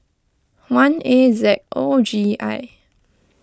one A Z O G I